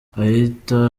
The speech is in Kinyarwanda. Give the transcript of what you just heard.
ahita